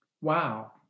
Wow